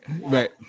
Right